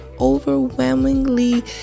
overwhelmingly